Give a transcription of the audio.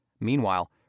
Meanwhile